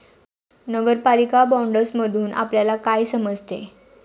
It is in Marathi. नगरपालिका बाँडसमधुन आपल्याला काय समजते?